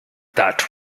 that